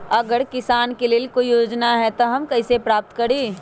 अगर किसान के लेल कोई योजना है त हम कईसे प्राप्त करी?